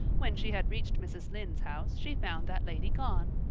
when she had reached mrs. lynde's house she found that lady gone.